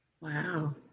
Wow